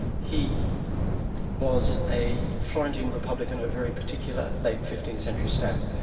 he was a florentine republican, a very particular late fifteenth century stamp.